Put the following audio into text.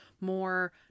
more